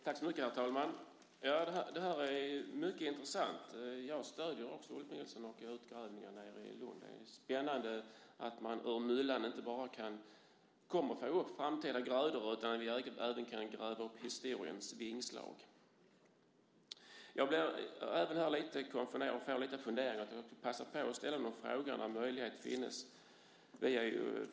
Herr talman! Det här är mycket intressant. Jag stöder också det Ulf Nilsson säger om utgrävningarna i Lund. Det är spännande att det ur myllan kommer fram inte bara grödor utan även vår historia. Jag blev lite konfunderad och fick lite funderingar. Jag vill passa på att ställa några frågor när möjlighet finns.